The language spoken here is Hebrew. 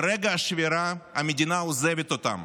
ברגע השבירה, המדינה עוזבת אותם,